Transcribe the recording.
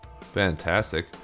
fantastic